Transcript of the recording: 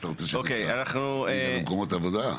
אתה רוצה שאני אקרא לה ליגה למקומות עבודה?